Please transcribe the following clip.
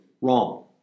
wrong